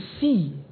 see